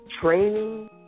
training